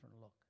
look